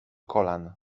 kolan